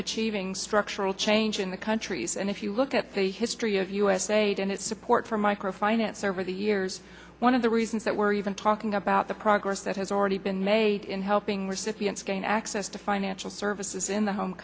achieving structural change in the countries and if you look at the history of usaid and its support for micro finance over the years one of the reasons that we're even talking about the progress that has already been made in helping recipients gain access to financial services in the home